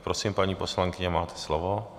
Prosím, paní poslankyně, máte slovo.